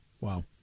Wow